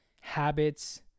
habits